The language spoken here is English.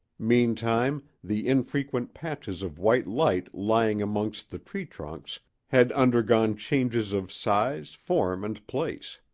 meantime the infrequent patches of white light lying amongst the tree-trunks had undergone changes of size form and place.